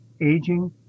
aging